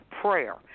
prayer